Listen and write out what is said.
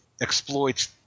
exploits